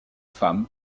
femme